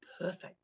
perfect